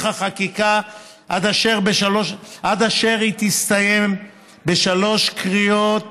החקיקה עד אשר היא תסתיים בשלוש קריאות